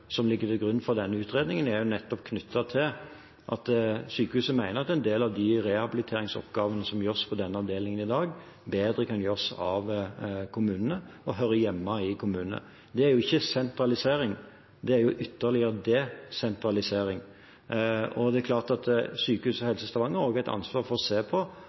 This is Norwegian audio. som ligger til grunn for denne utredningen, er knyttet til at sykehuset mener at en del av de rehabiliteringsoppgavene som gjøres på denne avdelingen i dag, bedre kan gjøres av kommunene og hører hjemme i kommunene. Det er ikke sentralisering, det er ytterligere desentralisering. Sykehuset og Helse Stavanger har også et ansvar for å se